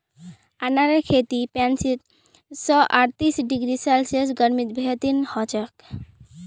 अनारेर खेती पैंतीस स अर्तीस डिग्री सेल्सियस गर्मीत बेहतरीन हछेक